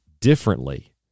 differently